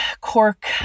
cork